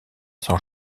s’en